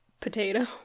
potato